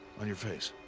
on your face?